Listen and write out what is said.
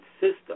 system